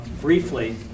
briefly